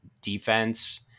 Defense